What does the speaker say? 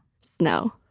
Snow